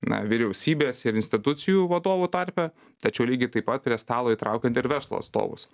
na vyriausybės ir institucijų vadovų tarpe tačiau lygiai taip pat prie stalo įtraukiant ir verslo atstovus